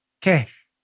Cash